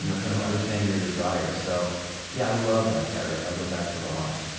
you know kind of understanding your desires. so yeah, i love that paragraph. i go back to it a lot